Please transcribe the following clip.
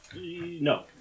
No